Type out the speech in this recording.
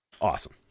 awesome